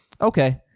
Okay